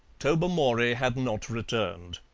tobermory had not returned.